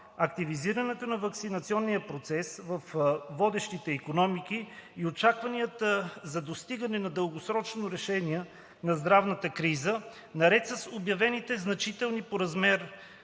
активизирането на ваксинационния процес във водещите икономики и очакванията за достигане на дългосрочно решение на здравната криза, наред с обявените значителни по размер